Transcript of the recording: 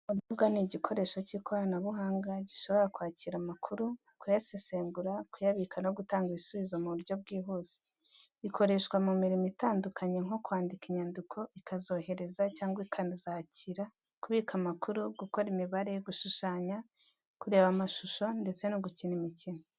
Mudasobwa ni igikoresho cy'ikoranabuhanga gishobora kwakira amakuru, kuyasesengura, kuyabika no gutanga ibisubizo mu buryo bwihuse. Ikoreshwa mu mirimo itandukanye nko kwandika inyandiko ikanazohereza cyangwa ikazakira, kubika amakuru, gukora imibare, gushushanya, kureba amashusho, ndetse no gukina imikino.